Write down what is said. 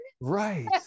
Right